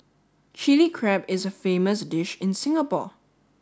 Chill Crab is a famous dish in Singapore